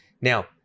Now